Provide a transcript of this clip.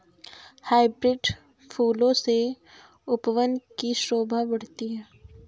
hybrid फूलों से उपवन की शोभा बढ़ती है